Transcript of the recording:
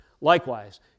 Likewise